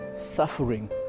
suffering